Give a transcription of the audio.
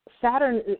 Saturn